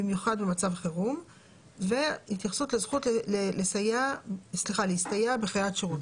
במיוחד במצב חירום והזכות להסתייע בחיית שירות.